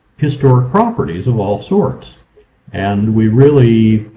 historic properties of all sorts and we really